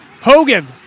Hogan